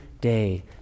day